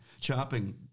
chopping